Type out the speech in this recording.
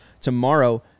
Tomorrow